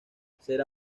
será